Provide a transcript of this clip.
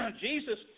Jesus